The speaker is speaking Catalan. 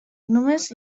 només